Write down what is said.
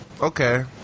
Okay